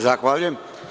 Zahvaljujem.